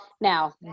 now